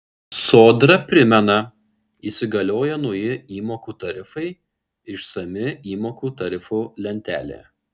sodra primena įsigaliojo nauji įmokų tarifai išsami įmokų tarifų lentelė